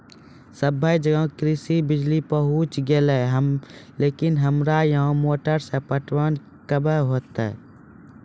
सबे जगह कृषि बिज़ली पहुंची गेलै लेकिन हमरा यहाँ मोटर से पटवन कबे होतय?